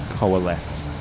Coalesce